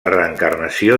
reencarnació